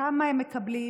כמה הם מקבלים,